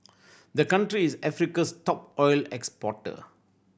the country is Africa's top oil exporter